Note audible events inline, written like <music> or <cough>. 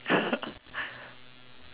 <laughs>